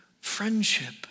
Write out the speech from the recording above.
friendship